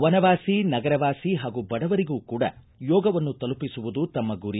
ವನವಾಸಿ ನಗರವಾಸಿ ಹಾಗೂ ಬಡವರಿಗೂ ಕೂಡ ಯೋಗವನ್ನು ತಲುಪಿಸುವುದು ತಮ್ನ ಗುರಿ